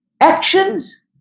actions